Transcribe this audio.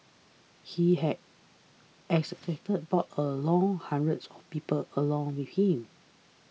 he had as expected brought along hundreds of people along with him